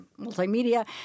multimedia